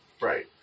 Right